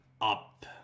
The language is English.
up